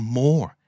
more